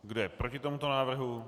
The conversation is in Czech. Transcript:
Kdo je proti tomuto návrhu?